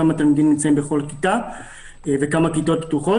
כמה תלמידים נמצאים בכל כיתה וכמה כיתות פתוחות,